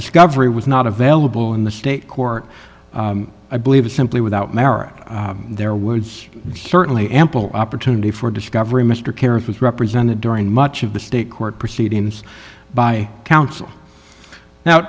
discovery was not available in the state court i believe is simply without merit there would certainly ample opportunity for discovery mr kerik was represented during much of the state court proceedings by counsel now